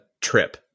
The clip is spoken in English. trip